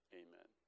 amen